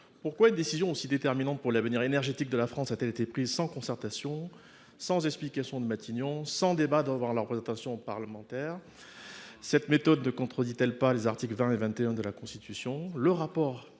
Pourquoi une décision aussi déterminante pour l’avenir énergétique de la France a t elle été prise sans concertation, sans explication de Matignon et sans débat devant la représentation nationale ? Cette méthode ne contredit elle pas les articles 20 et 21 de la Constitution ?